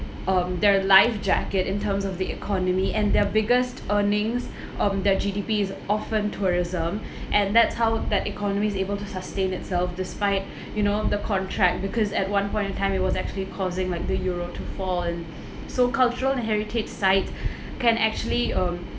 um their life jacket in terms of the economy and their biggest earnings um their G_D_P is often tourism and that's how that economy is able to sustain itself despite you know the contract because at one point in time it was actually causing like the euro to fall so cultural heritage sites can actually um